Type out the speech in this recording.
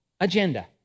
agenda